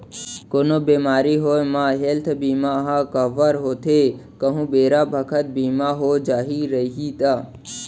कोनो बेमारी होये म हेल्थ बीमा ह कव्हर होथे कहूं बेरा बखत बीमा हो जाही रइही ता